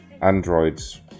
androids